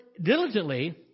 diligently